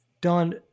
Don